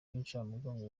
y’incamugongo